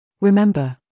Remember